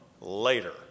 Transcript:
later